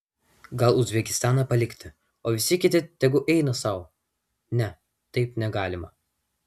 gal uzbekistaną palikti o visi kiti tegu eina sau ne taip negalima